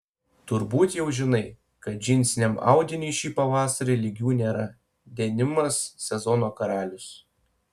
turbūt jau žinai kad džinsiniam audiniui šį pavasarį lygių nėra denimas sezono karalius